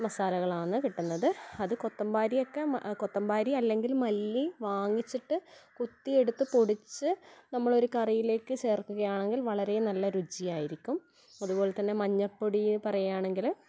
മസാലകളാണ് കിട്ടുന്നത് അത് കൊത്തമ്പാരിയൊക്കെ കൊത്തമ്പാരി അല്ലെങ്കിൽ മല്ലി വാങ്ങിച്ചിട്ട് കുത്തിയെടുത്ത് പൊടിച്ച് നമ്മളൊരു കറിയിലേക്ക് ചേർക്കുകയാണെങ്കിൽ വളരെ നല്ല രുചിയായിരിക്കും അതുപോലെ തന്നെ മഞ്ഞപ്പൊടിയെ പറയുകയാണെങ്കിൽ